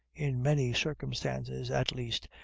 in many circumstances at least,